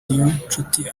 niyonshuti